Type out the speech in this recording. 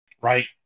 Right